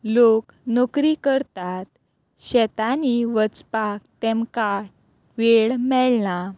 लोक नोकरी करतात शेतांनी वचपाक तेमकां वेळ मेळना